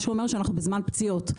מה שאומר שאנחנו בזמן פציעות.